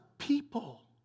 People